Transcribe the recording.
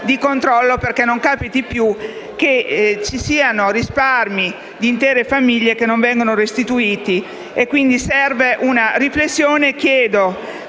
di controllo affinché non capiti più che vi siano risparmi di intere famiglie che non vengono restituiti. Serve una riflessione. Chiedo